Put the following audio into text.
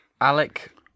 Alec